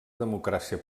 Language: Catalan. democràcia